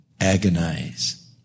agonize